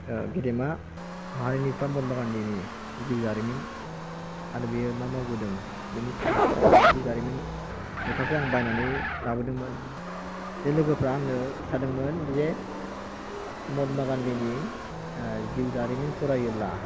गेदेमा माहारिनिफोरा महात्मा गान्धीनि जिउ जारिमिन आरो बेयो मा मावबोदों बेनि जिउ जारिमिन लेखाखौ आं बायनानै लाबोदोंमोन लोगोफोरा आंनो खिथादोंमोन जे महात्मा गान्धीनि जिउ जारिमिन फरायोब्ला